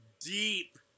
deep